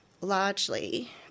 Largely